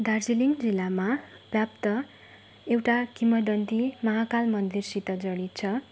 दार्जिलिङ जिल्लामा व्याप्त एउटा किंवदन्ती महाकाल मन्दिरसित जडित छ